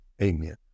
Amen